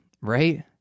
right